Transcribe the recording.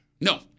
No